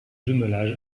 jumelage